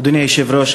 אדוני היושב-ראש,